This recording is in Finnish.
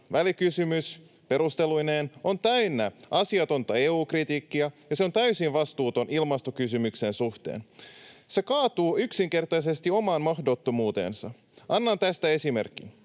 välikysymys perusteluineen on täynnä asiatonta EU-kritiikkiä ja täysin vastuuton ilmastokysymyksen suhteen. Se kaatuu yksinkertaisesti omaan mahdottomuuteensa. Annan tästä esimerkin,